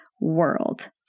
world